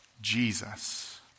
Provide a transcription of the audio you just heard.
Jesus